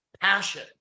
Passion